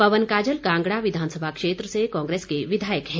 पवन काजल कांगड़ा विधानसभा क्षेत्र से कांग्रेस के विधायक हैं